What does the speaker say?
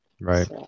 Right